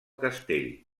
castell